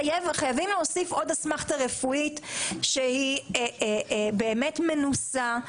חייבים להוסיף עוד אסמכתא רפואית שהיא באמת מנוסה,